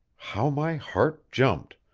how my heart jumped,